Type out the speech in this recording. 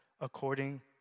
according